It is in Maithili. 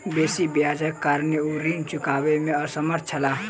बेसी ब्याजक कारणेँ ओ ऋण चुकबअ में असमर्थ छला